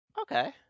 Okay